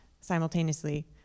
simultaneously